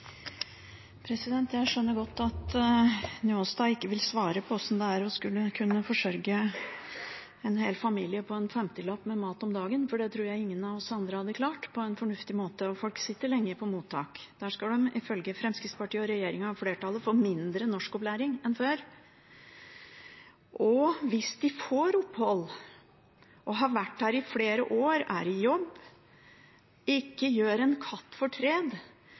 skulle forsørge en hel familie med mat for en femtilapp om dagen, for det tror jeg ingen av oss andre hadde klart på en fornuftig måte. Folk sitter lenge på mottak. Der skal de, ifølge Fremskrittspartiet, regjeringen og flertallet, få mindre norskopplæring enn før. Og hvis de får opphold, har vært her i flere år, er i jobb og ikke gjør en katt